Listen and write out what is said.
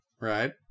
right